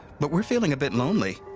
but we're feeling a bit lonely.